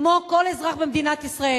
כמו כל אזרח במדינת ישראל.